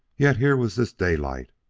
yet here was this daylight,